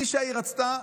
מי שהעיר רצתה,